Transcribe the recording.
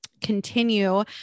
continue